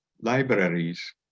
libraries